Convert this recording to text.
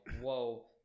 whoa